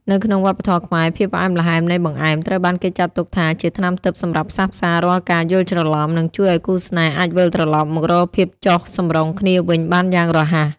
នៅក្នុងវប្បធម៌ខ្មែរ ភាពផ្អែមល្ហែមនៃបង្អែមត្រូវបានគេចាត់ទុកថាជាថ្នាំទិព្វសម្រាប់ផ្សះផ្សារាល់ការយល់ច្រឡំ និងជួយឱ្យគូស្នេហ៍អាចវិលត្រឡប់មករកភាពចុះសម្រុងគ្នាវិញបានយ៉ាងរហ័ស។